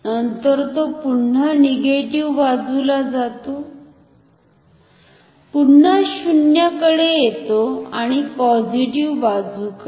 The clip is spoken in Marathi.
नंतर तो पुन्हा निगेटिव्ह बाजुला जातो पुन्हा 0 कडे येतो आणि पॉझिटिव्ह बाजूकडे